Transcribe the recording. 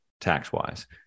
tax-wise